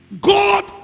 God